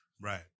right